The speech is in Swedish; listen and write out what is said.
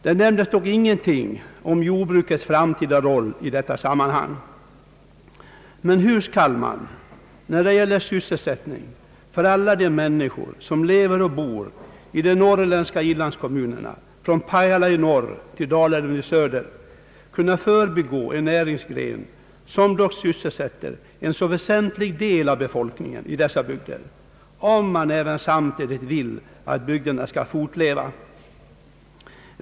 Det nämndes dock ingenting om jordbrukets framtida roll i detta sammanhang. Men hur skall man, när det gäller sysselsättning för alla de människor som lever och verkar i de norrländska inlandskommunerna — från Pajala i norr till Dalälven i söder — kunna förbigå en näringsgren som dock sysselsätter en så väsentlig del av befolkningen i dessa bygder, om man även samtidigt vill att bygderna skall fortleva?